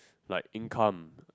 like income